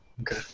Okay